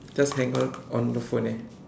just hang up on the phone eh